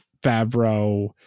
Favreau